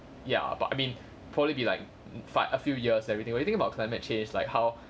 ya but I mean probably be like fiv~ a few years everything you think about climate change like how